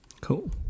cool